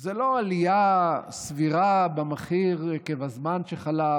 זה לא עלייה סבירה במחיר עקב הזמן שחלף,